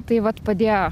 tai vat padėjo